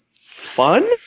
fun